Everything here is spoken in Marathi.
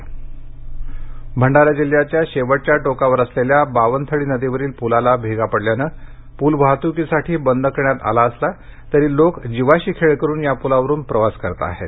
पल धोकादायक भंडारा जिल्ह्याच्या शेवटच्या टोकावर असलेल्या बावनथडी नदीवरील पुलाला भेगा पडल्यानं पूल वाहतूकीसाठी बंद करण्यात आला असला तरी लोक जीवाशी खेळ करून या पुलावरून प्रवास करताहेत